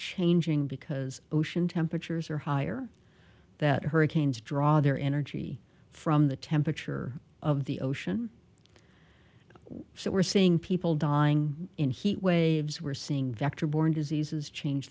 changing because ocean temperatures are higher that hurricanes draw their energy from the temperature of the ocean so we're seeing people dying in heat waves we're seeing vector borne diseases change